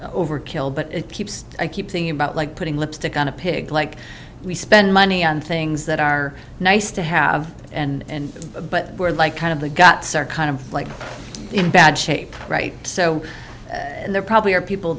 overkill but it keeps i keep thinking about like putting lipstick on a pig like we spend money on things that are nice to have and but we're like kind of the got sir kind of like in bad shape right so there probably are people